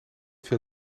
veel